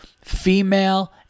female